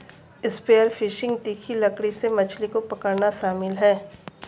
spear fishing तीखी लकड़ी से मछली को पकड़ना शामिल है